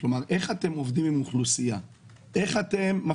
כלומר, איך אתם עובדים עם אוכלוסייה?